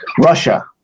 Russia